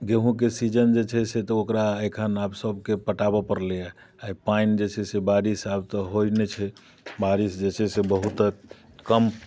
गेहूँके सीजन जे छै से तऽ ओकरा एखन आब सबके पटाबऽ पड़लइए आओर पानि जे छै बारिस आब तऽ होइ नहि छै बारिस जे छै से बहुत तक कम